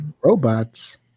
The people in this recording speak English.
Robots